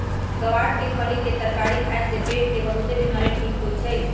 ग्वार के फली के तरकारी खाए से पेट के बहुतेक बीमारी ठीक होई छई